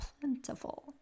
plentiful